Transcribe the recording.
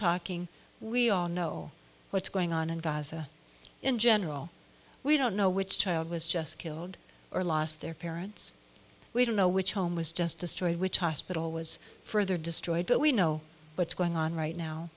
talking we all know what's going on in gaza in general we don't know which child was just killed or lost their parents we don't know which home was just a story which hospital was further destroyed but we know what's going on right now